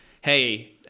Hey